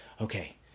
okay